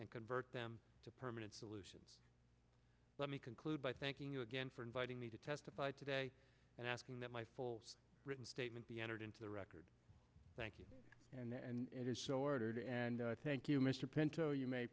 and convert them to permanent solutions let me conclude by thanking you again for inviting me to testify today and asking that my full written statement be entered into the record thank you and it is so ordered and i thank you mr penton you may